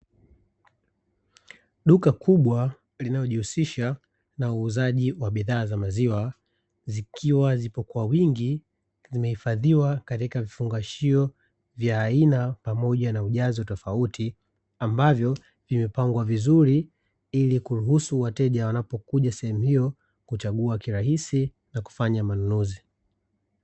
Duka kubwa linalo jihusisha na uuzaji wa bidhaa za maziwa zikiwa zipo kwa wingi zimehifadhiwa katika vifungashio vya aina pamoja na ujazo tofauti ambavyo vimepangwa vizuri ili kuruhusu wateja wanapokuja sehemu hiyo kuchagua kirahisi na kufanya manunuzi.